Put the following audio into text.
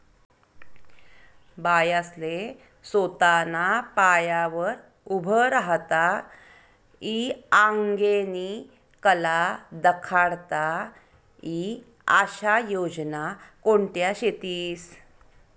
बायास्ले सोताना पायावर उभं राहता ई आंगेनी कला दखाडता ई आशा योजना कोणत्या शेतीस?